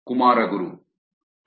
Kumaraguru ponnurangam